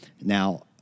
now